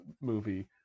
movie